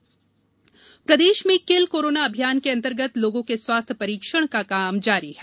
किल corona अभियान प्रदेश में किल कोरोना अभियान के अंतर्गत लोगों के स्वास्थ्य परीक्षण का काम जाारी है